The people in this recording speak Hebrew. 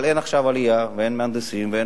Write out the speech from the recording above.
אבל עכשיו אין עלייה ואין מהנדסים ואין